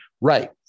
Right